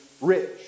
rich